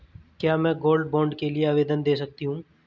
क्या मैं gold bond के लिए आवेदन दे सकती हूँ?